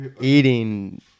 eating